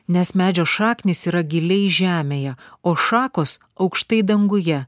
nes medžio šaknys yra giliai žemėje o šakos aukštai danguje